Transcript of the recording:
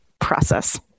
process